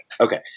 Okay